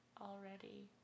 already